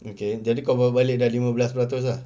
okay jadi kau bawa balik dah lima belas peratus ah